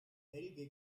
helge